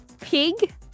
Pig